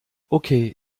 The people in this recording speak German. okay